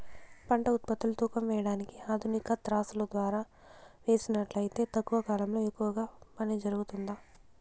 పంట ఉత్పత్తులు తూకం వేయడానికి ఆధునిక త్రాసులో ద్వారా వేసినట్లు అయితే తక్కువ కాలంలో ఎక్కువగా పని జరుగుతుందా?